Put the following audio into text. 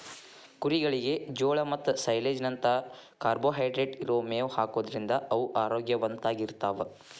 ಕುರಿಗಳಿಗೆ ಜೋಳ ಮತ್ತ ಸೈಲೇಜ್ ನಂತ ಕಾರ್ಬೋಹೈಡ್ರೇಟ್ ಇರೋ ಮೇವ್ ಹಾಕೋದ್ರಿಂದ ಅವು ಆರೋಗ್ಯವಂತವಾಗಿರ್ತಾವ